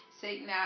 Satan